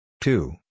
two